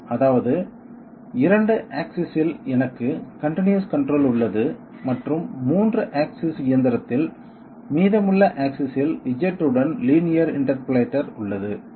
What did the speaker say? L அதாவது 2 axis இல் எனக்கு கன்டினியஸ் கன்ட்ரோல் உள்ளது மற்றும் 3 ஆக்சிஸ் இயந்திரத்தில் மீதமுள்ள ஆக்சிஸ் இல் Z உடன் லீனியர் இண்டர்போலேட்டர் உள்ளது